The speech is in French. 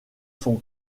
son